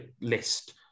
list